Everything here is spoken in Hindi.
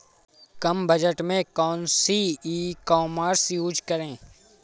कम बजट में कौन सी ई कॉमर्स यूज़ करें?